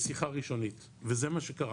לשיחה ראשונית וזה מה שקרה.